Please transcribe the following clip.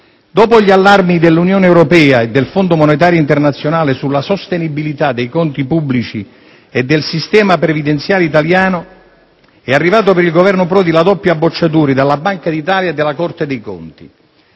Dopo gli allarmi dell'Unione Europea e del Fondo monetario internazionale sulla sostenibilità dei conti pubblici e del sistema previdenziale italiano, è arrivata per il Governo Prodi la doppia bocciatura della Banca d'Italia e della Corte dei conti.